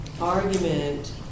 argument